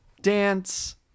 dance